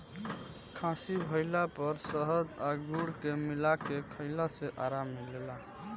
खासी भइला पर शहद आ गुड़ के मिला के खईला से आराम मिलेला